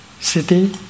city